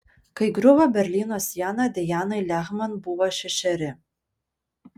kai griuvo berlyno siena dianai lehman buvo šešeri